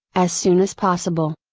as soon as possible.